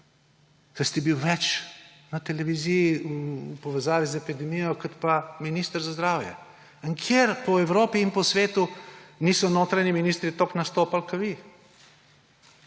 saj ste bili več na televiziji v povezavi z epidemijo kot pa minister za zdravje. Nikjer po Evropi in po svetu niso notranji ministri toliko nastopali kot vi.